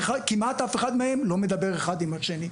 כמעט אף אחד לא מדבר אחד עם השני.